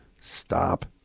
Stop